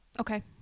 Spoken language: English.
Okay